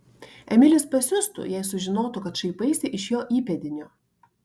emilis pasiustų jei sužinotų kad šaipaisi iš jo įpėdinio